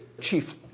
chief